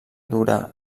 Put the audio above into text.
dura